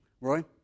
Roy